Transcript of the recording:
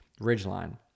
ridgeline